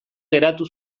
geratu